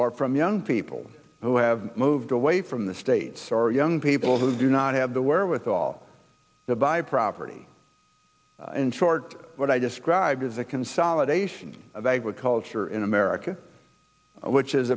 or from young people who have moved away from the states or young people who do not have the where with all the by property in short what i described is a consolidation of agriculture in america which is